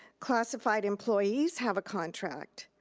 classified employees have a contract.